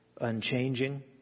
unchanging